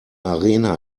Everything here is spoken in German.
arena